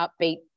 upbeat